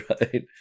Right